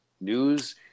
news